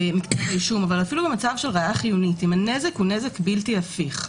אם הנזק הוא בלתי הפיך,